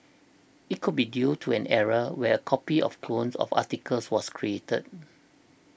it could be due to an error where copy of clone of the articles was created